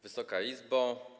Wysoka Izbo!